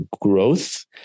growth